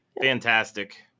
fantastic